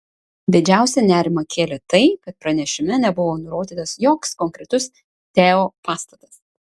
didžiausią nerimą kėlė tai kad pranešime nebuvo nurodytas joks konkretus teo pastatas